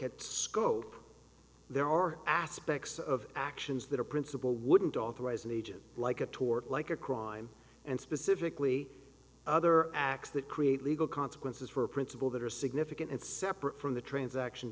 at scope there are aspects of actions that a principal wouldn't authorize an agent like a tort like a crime time and specifically other acts that create legal consequences for a principle that are significant separate from the transaction